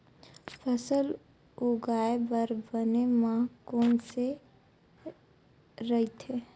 फसल उगाये बर बने माह कोन से राइथे?